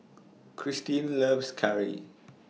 Kristine loves Curry